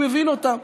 אני מבין אותם.